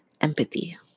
empathy